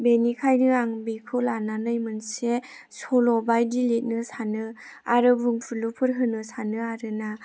बेनिखायनो आं बेखौ लानानै मोनसे सल' बायदि लिरनो सानो आरो बुंफुरलुफोर होनो सानो आरोना